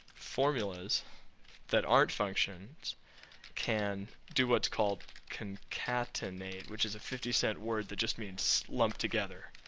formulas that aren't functions can do what's called concatenate which is a fifty-cent word that just means lumped together.